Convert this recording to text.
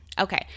Okay